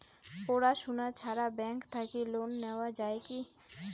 পড়াশুনা ছাড়া ব্যাংক থাকি লোন নেওয়া যায় কি?